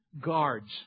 guards